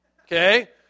Okay